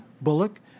Bullock